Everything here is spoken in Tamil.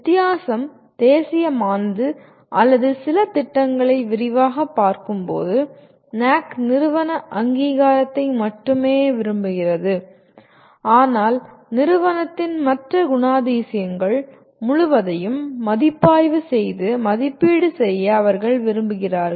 வித்தியாசம் தேசியமானது அல்லது சில திட்டங்களை விரிவாகப் பார்க்கும்போது NAAC நிறுவன அங்கீகாரத்தை மட்டுமே விரும்புகிறது ஆனால் நிறுவனத்தின் மற்ற குணாதிசயங்கள் முழுவதையும் மதிப்பாய்வு செய்து மதிப்பீடு செய்ய அவர்கள் விரும்புகிறார்கள்